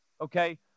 okay